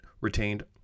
retained